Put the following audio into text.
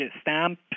stamp